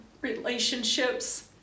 relationships